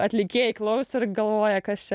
atlikėjai klauso ir galvoja kas čia